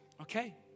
okay